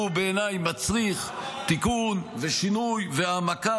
הוא בעיניי מצריך תיקון ושינוי והעמקה.